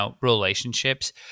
relationships